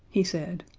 he said.